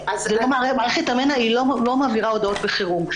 מערכת המנע לא מעבירה הודעות בחירום.